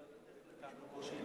מההחלטות של טרכטנברג הולכות להיות,